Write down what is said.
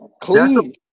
Clean